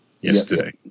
yesterday